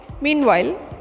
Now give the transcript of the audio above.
Meanwhile